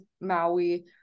Maui